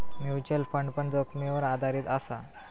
mutual fund पण जोखीमीवर आधारीत असा